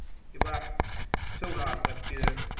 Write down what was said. it was so loud that peter